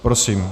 Prosím.